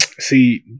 See